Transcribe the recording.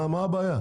מה הבעיה?